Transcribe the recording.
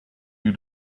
you